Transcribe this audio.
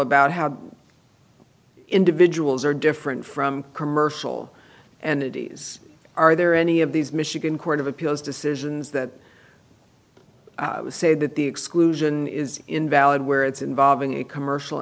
about how individuals are different from commercial and are there any of these michigan court of appeals decisions that say that the exclusion is invalid where it's involving a commercial